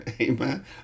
amen